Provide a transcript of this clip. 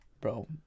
bro